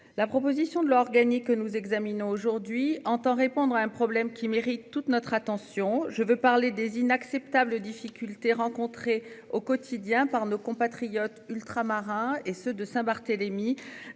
La proposition de l'organique que nous examinons aujourd'hui entend répondre à un problème qui mérite toute notre attention. Je veux parler des inacceptable difficultés rencontrées au quotidien par nos compatriotes ultramarins et ceux de Saint-Barthélemy